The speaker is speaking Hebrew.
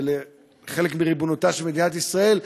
חלק מריבונותה של מדינת ישראל,